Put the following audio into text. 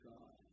God